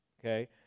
okay